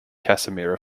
casimir